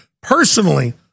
personally